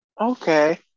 okay